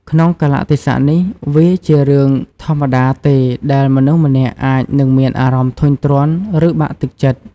ក្នុងកាលៈទេសៈនេះ វាជារឿងធម្មតាទេដែលមនុស្សម្នាក់អាចនឹងមានអារម្មណ៍ធុញទ្រាន់ ឬបាក់ទឹកចិត្ត។